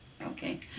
Okay